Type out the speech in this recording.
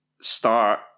start